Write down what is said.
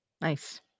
Nice